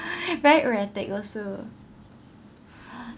very erratic also